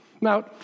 Now